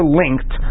linked